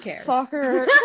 soccer